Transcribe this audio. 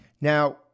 Now